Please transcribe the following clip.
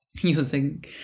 Using